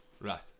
Right